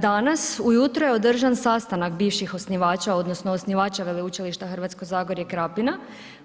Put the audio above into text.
Danas ujutro je održan sastanak bivših osnivača odnosno osnivača Veleučilišta Hrvatsko zagorje i Krapina